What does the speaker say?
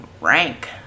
rank